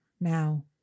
now